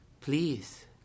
please